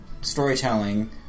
storytelling